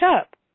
up